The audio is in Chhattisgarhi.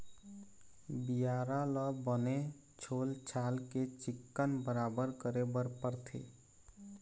बियारा ल बने छोल छाल के चिक्कन बराबर करे बर परथे